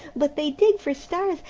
but they dig for stars,